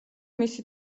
მისი